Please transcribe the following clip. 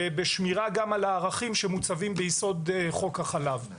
ובשמירה על הערכים שמוצבים ביסוד חוק החלב.